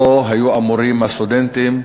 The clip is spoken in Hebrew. ובו היו אמורים הסטודנטים